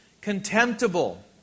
contemptible